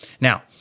Now